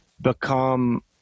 become